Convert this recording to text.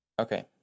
Okay